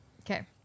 Okay